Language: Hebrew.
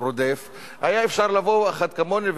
כנראה שבראש שלו עלה לא העניין עצמו,